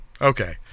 Okay